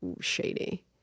shady